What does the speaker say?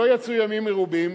לא יצאו ימים מרובים,